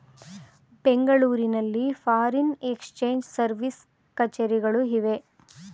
ಬೆಂಗಳೂರಿನಲ್ಲಿ foreign exchange service ಕಛೇರಿಗಳು ಇವೆ